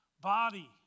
body